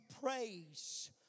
praise